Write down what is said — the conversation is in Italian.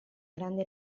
grandi